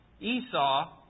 Esau